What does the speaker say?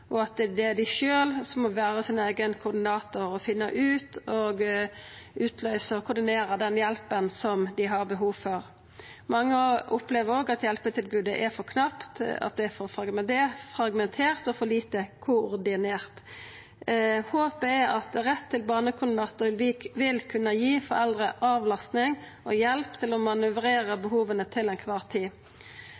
og at det er dei sjølve som må vera sin eigen koordinator og finna ut av, utløysa og koordinera den hjelpa dei har behov for. Mange opplever òg at hjelpetilbodet er for knapt, at det er for fragmentert og for lite koordinert. Håpet er at rett til barnekoordinator vil kunna gi foreldre avlasting og hjelp til å